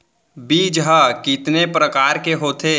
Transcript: बीज ह कितने प्रकार के होथे?